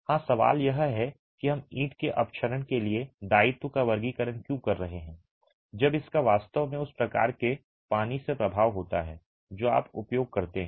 हां सवाल यह है कि हम ईंट के अपक्षरण के लिए दायित्व का वर्गीकरण क्यों कर रहे हैं जब इसका वास्तव में उस प्रकार के पानी से प्रभाव होता है जो आप उपयोग करते हैं